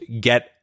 get